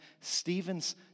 Stephen's